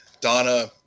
Donna